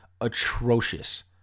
atrocious